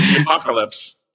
apocalypse